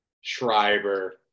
Schreiber